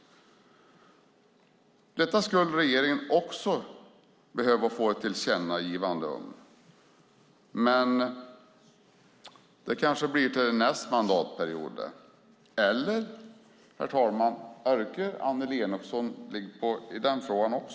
Detta skulle regeringen också behöva få ett tillkännagivande om. Det kanske blir till nästa mandatperiod. Eller, herr talman, orkar Annelie Enochson ligga på i den frågan också?